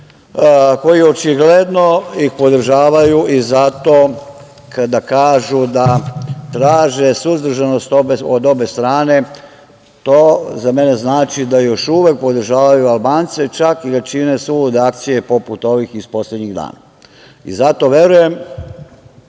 koji očigledno ih podržavaju. Zato kada kažu da traže suzdržanost od obe strane, to za mene znači da još uvek podržavaju Albance, čak i da čine sulude akcije poput ovih iz poslednjih dana. Zato verujem